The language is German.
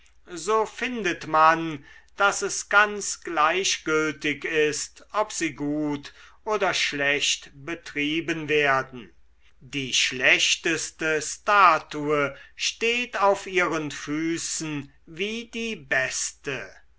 so findet man daß es ganz gleichgültig ist ob sie gut oder schlecht betrieben werden die schlechteste statue steht auf ihren füßen wie die beste